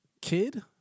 Kid